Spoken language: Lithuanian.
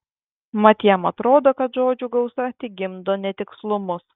mat jam atrodo kad žodžių gausa tik gimdo netikslumus